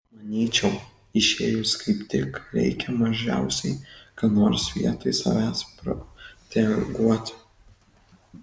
manyčiau išėjus kaip tik reikia mažiausiai ką nors vietoj savęs proteguoti